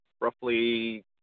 roughly